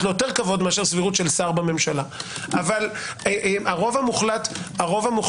לו יותר כבוד מאשר סבירות של שר בממשלה אבל הרוב המוחלט של